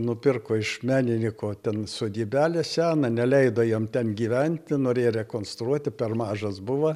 nupirko iš menininko ten sodybelę seną neleido jam ten gyventi norėjo rekonstruoti per mažas buvo